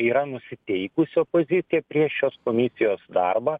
yra nusiteikusi opozicija prieš šios komisijos darbą